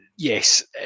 Yes